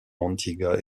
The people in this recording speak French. antigua